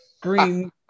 green